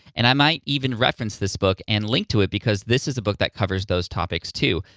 and i might even reference this book and link to it because this is a book that covers those topics, too.